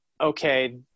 okay